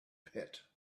pit